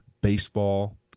baseball